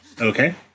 Okay